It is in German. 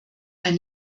ein